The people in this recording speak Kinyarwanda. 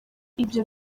ibyo